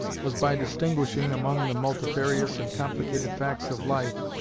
was by distinguishing, among the multifarious and complicated facts of life,